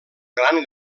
gran